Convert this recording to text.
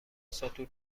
ساتور